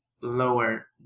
lower